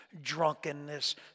drunkenness